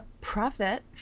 profit